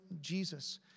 Jesus